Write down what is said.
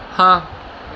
ਹਾਂ